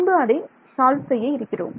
பின்பு அதை சால்வ் செய்ய இருக்கிறோம்